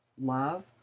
Love